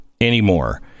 anymore